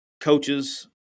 coaches